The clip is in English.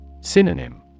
Synonym